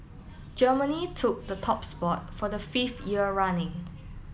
Germany took the top spot for the fifth year running